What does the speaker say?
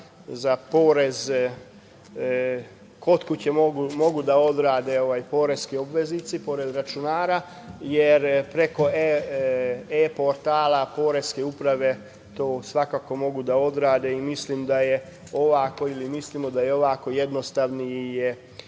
za porez kod kuće mogu da odrade poreski obveznici pored računara, jer preko e-portala Poreske uprave to svakako mogu da odrade. Mislimo da je ovako jednostavnije